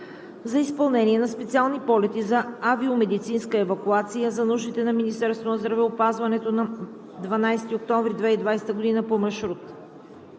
за изпълнение на специални полети за авиомедицинска евакуация за нуждите на Министерството на здравеопазването на 12 октомври 2020 г. по маршрут: